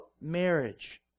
marriage